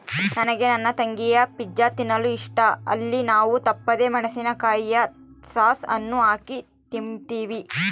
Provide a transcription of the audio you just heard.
ನನಗೆ ನನ್ನ ತಂಗಿಗೆ ಪಿಜ್ಜಾ ತಿನ್ನಲು ಇಷ್ಟ, ಅಲ್ಲಿ ನಾವು ತಪ್ಪದೆ ಮೆಣಿಸಿನಕಾಯಿಯ ಸಾಸ್ ಅನ್ನು ಹಾಕಿ ತಿಂಬ್ತೀವಿ